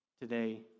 today